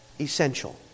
essential